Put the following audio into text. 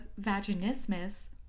vaginismus